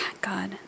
god